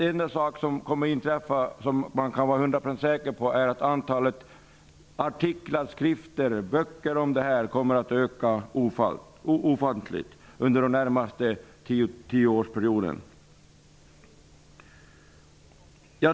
En sak som kommer att inträffa och som man kan vara 100-procentigt säker på är att antalet artiklar, skrifter och böcker om detta kommer att öka ofantligt under den närmaste tioårsperioden.